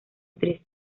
tres